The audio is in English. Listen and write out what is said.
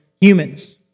humans